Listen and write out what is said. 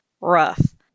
rough